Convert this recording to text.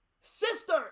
sister